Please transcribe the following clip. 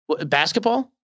Basketball